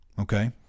Okay